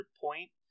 point